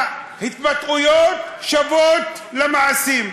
ההתבטאויות שוות למעשים.